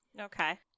Okay